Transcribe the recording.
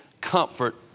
comfort